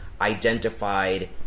identified